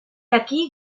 aquí